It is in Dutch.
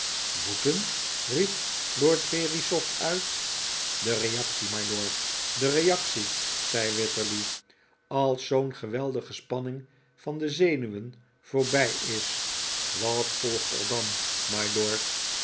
boeten riep lord verisopht uit de reactie mylord de reactie zei wititterly als zoo'n geweldige spanning van de zenuwen voorbij is wat volgt er dan mylord